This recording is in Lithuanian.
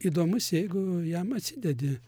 įdomus jeigu jam atsidedi